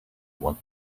want